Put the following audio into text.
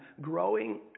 growing